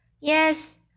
Yes